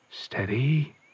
steady